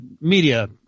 media